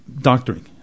doctoring